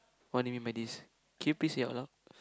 what do you mean by this can you please say out loud